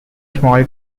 small